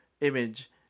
image